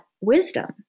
wisdom